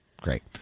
Great